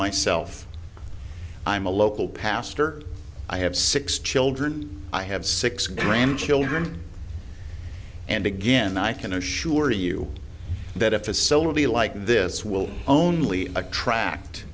myself i'm a local pastor i have six children i have six grandchildren and again i can assure you that a facility like this will only attract